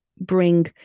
bring